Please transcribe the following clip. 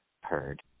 heard